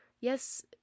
yes